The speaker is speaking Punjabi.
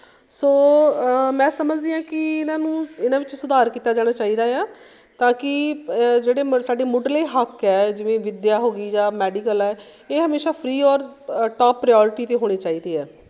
ਸੋ ਮੈਂ ਸਮਝਦੀ ਹਾਂ ਕਿ ਇਨ੍ਹਾਂ ਨੂੰ ਇਹਨਾਂ ਵਿੱਚ ਸੁਧਾਰ ਕੀਤਾ ਜਾਣਾ ਚਾਹੀਦਾ ਆ ਤਾਂ ਕਿ ਜਿਹੜੇ ਮ ਸਾਡੇ ਮੁੱਢਲੇ ਹੱਕ ਹੈ ਜਿਵੇਂ ਵਿੱਦਿਆ ਹੋ ਗਈ ਜਾਂ ਮੈਡੀਕਲ ਹੈ ਇਹ ਹਮੇਸ਼ਾਂ ਫ੍ਰੀ ਔਰ ਟੋਪ ਪ੍ਰਿਓਰਟੀ 'ਤੇ ਹੋਣੇ ਚਾਹੀਦੇ ਆ